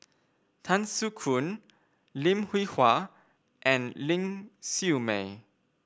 Tan Soo Khoon Lim Hwee Hua and Ling Siew May